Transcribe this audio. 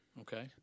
Okay